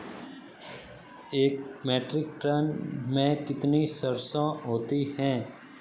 एक metric ton में कितनी सरसों होती है?